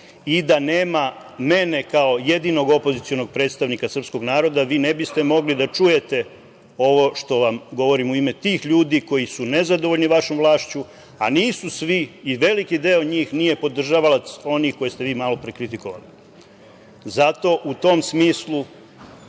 Da nema mene kao jedinog opozicionog predstavnika srpskog naroda, vi ne biste mogli da čujete ovo što vam govorim u ime tih ljudi koji su nezadovoljni vašom vlašću, a nisu svi, i veliki deo njih nije podržavalac onih koje ste vi malo pre kritikovali. Zato, u tom smislu